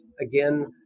again